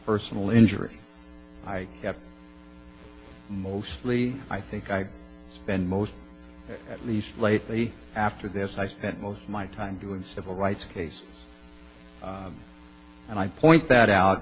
personal injury i have mostly i think i spend most at least lately after this i spent most of my time doing civil rights case and i point that out